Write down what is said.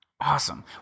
Awesome